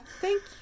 Thank